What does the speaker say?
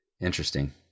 interesting